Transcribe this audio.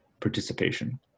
participation